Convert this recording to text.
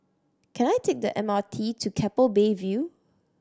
can I take the M R T to Keppel Bay View